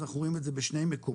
אז אנחנו רואים את זה בשני מקומות.